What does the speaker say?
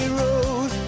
road